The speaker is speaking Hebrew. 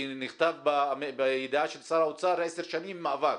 כי נכתב בידיעה של שר האוצר, עשר שנים מעבר.